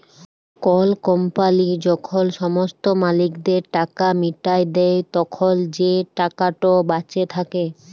call company যখল সমস্ত মালিকদের টাকা মিটাঁয় দেই, তখল যে টাকাট বাঁচে থ্যাকে